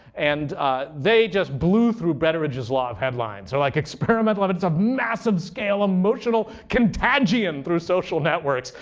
and they just blew through betteridge's law of headlines. they're like, experimental evidence of massive scale emotional contagion through social networks.